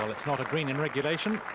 it's not a green in regulation,